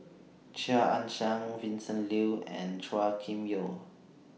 Chia Ann Siang Vincent Leow and Chua Kim Yeow